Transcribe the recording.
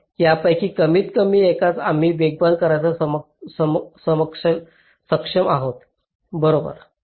तर त्यापैकी कमीतकमी एकास आम्ही वेगवान करण्यात सक्षम आहोत बरोबर